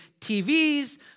TVs